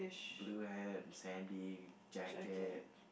blue hat sandy jacket